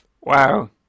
Wow